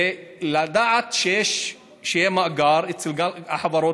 ולדעת שיהיה מאגר אצל החברות.